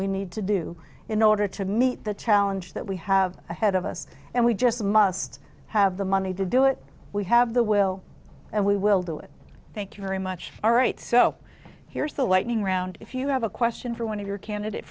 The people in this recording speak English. we need to do in order to meet the challenge that we have ahead of us and we just must have the money to do it we have the will and we will do it thank you very much all right so here's the lightning round if you have a question for one of your candidate